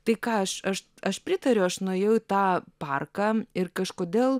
tai ką aš aš aš pritariu aš nuėjau į tą parką ir kažkodėl